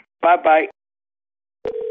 Bye-bye